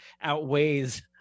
outweighs